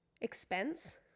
expense